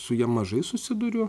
su ja mažai susiduriu